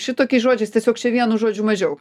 šitokiais žodžiais tiesiog čia vienu žodžiu mažiau